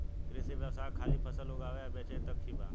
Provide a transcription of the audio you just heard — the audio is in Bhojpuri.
कृषि व्यवसाय खाली फसल उगावे आ बेचे तक ही बा